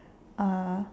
uh